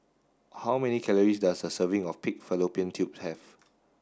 how many calories does a serving of pig fallopian tubes have